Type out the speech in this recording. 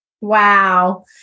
Wow